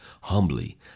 humbly